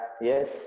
yes